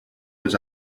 was